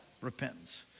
Repentance